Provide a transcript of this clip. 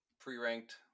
pre-ranked